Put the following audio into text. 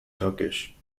turkish